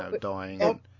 dying